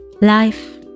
Life